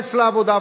ולתמרץ לעבודה.